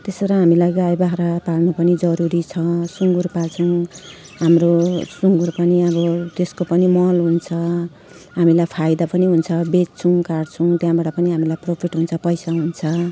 त्यसरी हामीलाई गाई बाख्रा पाल्नु पनि जरुरी छ सुँगुर पाल्छौँ हाम्रो सुँगुर पनि अब त्यसको पनि मल हुन्छ हामीलाई फाइदा पनि हुन्छ बेच्छौँ काट्छौँ त्यहाँबाट पनि हामीलाई प्रफिट हुन्छ पैसा हुन्छ